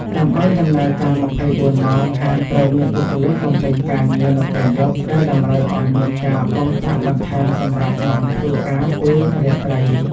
ដើម្បីដំណើរការ ២៤ ម៉ោង ហាងត្រូវមានបុគ្គលិកបំពេញការងារនៅពេលយប់ ដែលតម្រូវឲ្យមានការបង់ ប្រាក់បន្ថែមសម្រាប់ម៉ោងធ្វើការពេលរាត្រី។